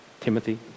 Timothy